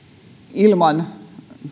ilman